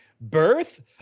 birth